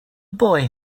boy